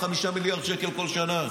5 מיליארד שקל כל שנה,